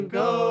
go